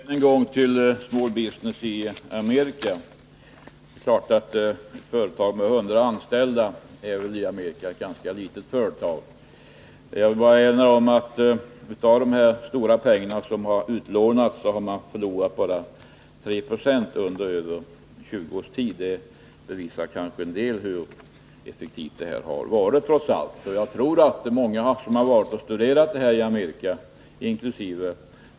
Fru talman! Än en gång till Small Business i Amerika. Det är klart att ett företag med 100 anställda i Amerika är ganska litet. Jag vill erinra om att av de stora pengar som har utlånats har man förlorat bara 3 20 under över 20 års tid. Det bevisar kanske något hur effektivt systemet trots allt har varit. Jag tror att många som har studerat den här frågan i Amerika, inkl.